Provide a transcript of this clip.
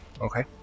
Okay